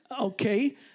okay